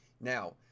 Now